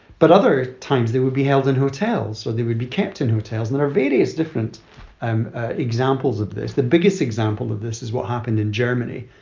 but other times they would be held in hotels. so they would be kept in hotels. there are various different and examples of this. the biggest example of this is what happened in germany,